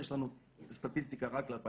יש לנו סטטיסטיקה רק ל-2017.